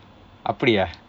அப்படியா:appadiyaa